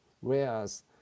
whereas